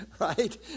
Right